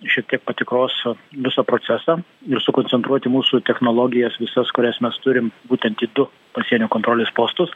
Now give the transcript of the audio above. šiek tiek patikros visą procesą ir sukoncentruoti mūsų technologijas visas kurias mes turim būtent į du pasienio kontrolės postus